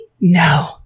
No